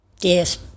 Yes